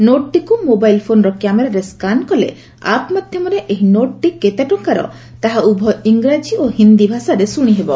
ନୋଟ୍ଟିକୁ mobile ଫୋନ୍ର କ୍ୟାମେରାରେ scan କଲେ ଆପ୍ ମାଧ୍ୟମରେ ଏହି ନୋଟ୍ଟି କେତେ ଟଙ୍କାର ତାହା ଉଭୟ ଇଂରାଜୀ ଓ ହିନ୍ଦୀ ଭାଷାରେ ଶ୍ରଣିହେବ